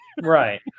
Right